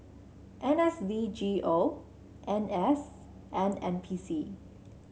N S D G O N S and N P C